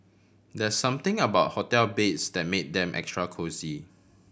there something about hotel beds that made them extra cosy